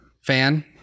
fan